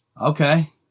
Okay